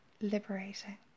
liberating